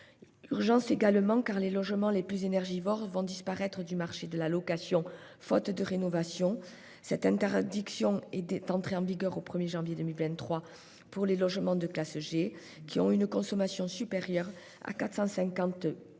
urgence, également, car les logements les plus énergivores vont disparaître du marché de la location, faute de rénovation. Cette interdiction est entrée en vigueur au 1 janvier 2023 pour les logements de classe G, c'est-à-dire pour ceux qui ont une consommation supérieure à 450